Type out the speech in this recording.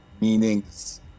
meanings